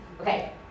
okay